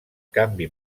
canvi